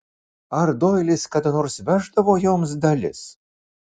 ar doilis kada nors veždavo joms dalis